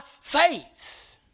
faith